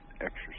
exercise